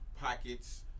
pockets